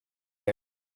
air